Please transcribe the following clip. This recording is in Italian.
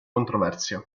controversia